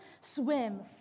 swim